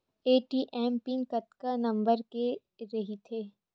ATM PIN कतका number के रही थे?